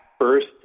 first